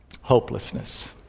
hopelessness